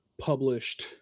published